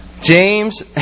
James